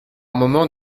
moment